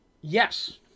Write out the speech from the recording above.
yes